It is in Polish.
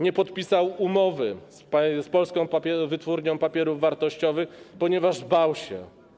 Nie podpisał umowy z Polską Wytwórnią Papierów Wartościowych, ponieważ bał się.